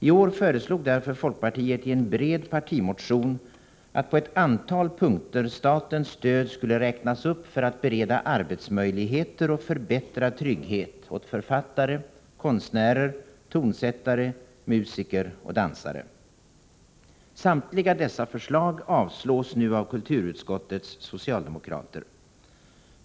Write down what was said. I år föreslog därför folkpartiet i en bred partimotion att på ett antal punkter statens stöd skulle räknas upp för att bereda arbetsmöjligheter och förbättrad trygghet åt författare, konstnärer, tonsättare, musiker och dansare. Samtliga dessa förslag avstyrks nu av kulturutskottets socialdemokrater.